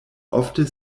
ofte